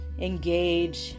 engage